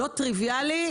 לא טריוויאלי.